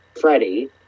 Freddie